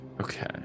Okay